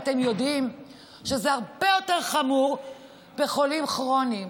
ואתם יודעים שזה הרבה יותר חמור בחולים כרוניים.